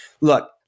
Look